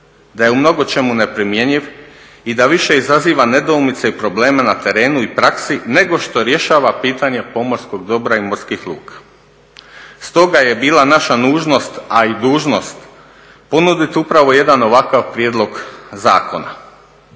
da je u mnogo čemu neprimjenjiv i da više izaziva nedoumica i problema na terenu i praksi nego što rješava pitanje pomorskog dobra i morskih luka. Stoga je bila naša nužnost a i dužnost ponuditi upravo jedan ovakav prijedlog zakona.